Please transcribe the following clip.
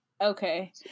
Okay